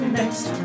next